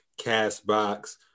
Castbox